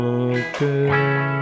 again